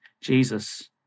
Jesus